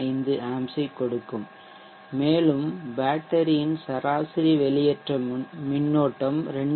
15 ஆம்ப்ஸைக் கொடுக்கும் மேலும் பேட்டரியின் சராசரி வெளியேற்ற மின்னோட்டம் 2